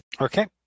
Okay